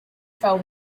fell